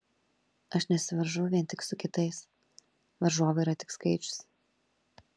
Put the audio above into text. aš nesivaržau vien tik su kitais varžovai yra tik skaičius